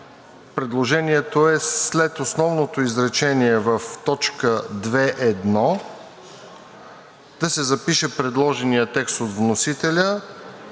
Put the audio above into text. Предложението е след основното изречение в т. 2.1. да се запише предложеният текст от вносителя,